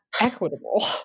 equitable